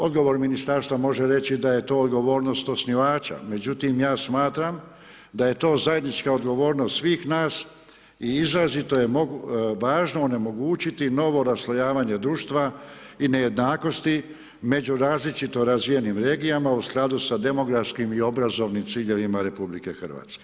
Odgovor ministarstva može reći da je to odgovornost osnivača, međutim ja smatram da je to zajednička odgovornost svih nas i izrazito je važno onemogućiti novo raslojavanje društva i nejednakosti među različito razvijenim regijama u skladu sa demografskim i obrazovnim ciljevima RH.